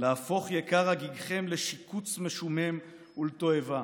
/ להפוך יקר הגיגכם לשיקוץ משומם ולתועבה?